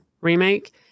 remake